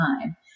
time